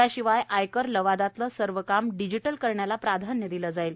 याशिवाय आयकर लवादातलं सर्व काम डिजिटल करण्याला प्राधान्य दिलं जाणार आहे